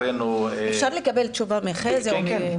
אפשר לקבל תשובה מחזי או ממוטי?